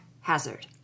Hazard